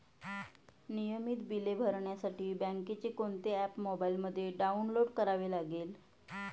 नियमित बिले भरण्यासाठी बँकेचे कोणते ऍप मोबाइलमध्ये डाऊनलोड करावे लागेल?